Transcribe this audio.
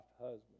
husband